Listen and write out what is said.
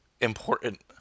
important